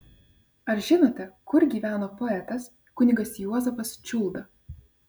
ar žinote kur gyveno poetas kunigas juozapas čiulda